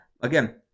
again